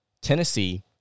Tennessee